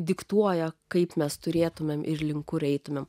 diktuoja kaip mes turėtumėm ir link kur eitumėm